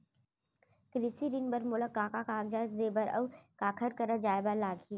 कृषि ऋण बर मोला का का कागजात देहे बर, अऊ काखर करा जाए बर लागही?